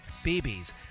BB's